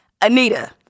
Anita